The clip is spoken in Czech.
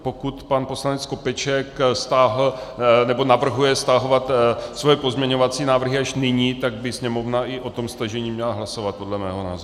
Pokud pan poslanec Skopeček stáhl nebo navrhuje stahovat svoje pozměňovací návrhy až nyní, tak by Sněmovna i o tom stažení měla hlasovat podle mého názoru.